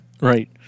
Right